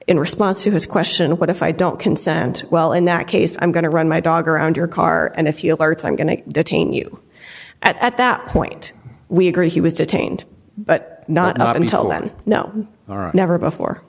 in response to his question what if i don't consent well in that case i'm going to run my dog around your car and if you are time going to detain you at that point we agree he was detained but not until that now or never before